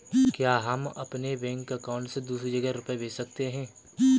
क्या हम अपने बैंक अकाउंट से दूसरी जगह रुपये भेज सकते हैं?